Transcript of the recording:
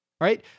right